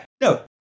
no